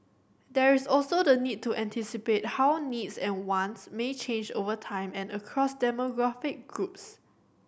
there is also the need to anticipate how needs and wants may change over time and across demographic groups